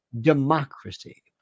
democracy